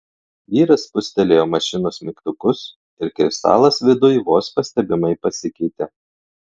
vyras spustelėjo mašinos mygtukus ir kristalas viduj vos pastebimai pasikeitė